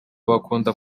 bakunda